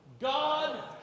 God